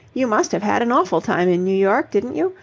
you must have had an awful time in new york, didn't you?